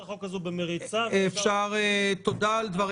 אפשר לקחת את הצעת החוק הזאת במריצה --- תודה על דבריך